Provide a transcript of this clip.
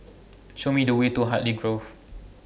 Show Me The Way to Hartley Grove